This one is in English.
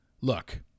Look